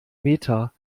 meter